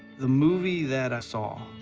the movie that i saw,